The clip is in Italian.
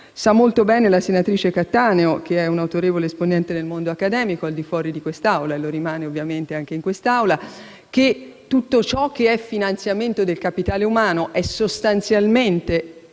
Sa molto bene la senatrice Cattaneo, che è un'autorevole esponente del mondo accademico al di fuori di quest'Aula (e lo è ovviamente anche qui), che tutto ciò che è finanziamento del capitale umano è sostanzialmente